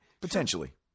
Potentially